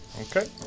Okay